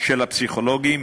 של הפסיכולוגים,